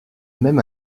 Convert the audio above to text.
même